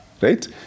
right